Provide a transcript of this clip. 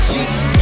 Jesus